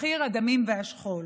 מחיר הדמים והשכול.